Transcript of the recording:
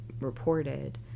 reported